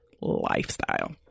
lifestyle